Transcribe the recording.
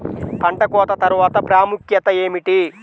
పంట కోత తర్వాత ప్రాముఖ్యత ఏమిటీ?